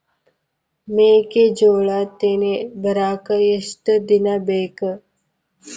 ಮೆಕ್ಕೆಜೋಳಾ ತೆನಿ ಬರಾಕ್ ಎಷ್ಟ ದಿನ ಬೇಕ್?